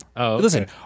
Listen